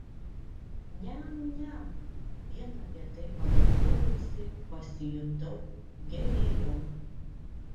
niam niam vien apie tai pagalvojusi pasijutau gerėliau